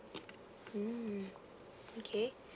mmhmm okay